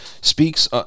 speaks